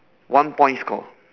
one point score